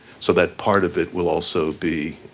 so that part of it will also be